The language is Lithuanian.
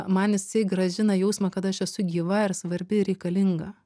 man jisai grąžina jausmą kad aš esu gyva ir svarbi ir reikalinga